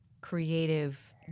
creative